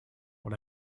what